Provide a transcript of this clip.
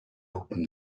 open